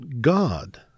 God